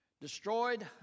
destroyed